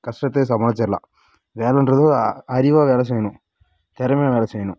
கஷ்டத்தையும் சமாளிச்சிரலாம் வேலைன்றது அறிவாக வேலை செய்யணும் திறமையா வேலை செய்யணும்